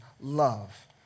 love